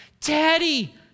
Daddy